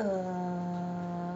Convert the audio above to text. err